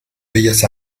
bellas